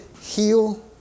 heal